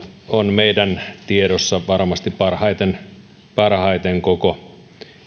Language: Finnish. on meidän tiedossamme varmasti parhaiten parhaiten koko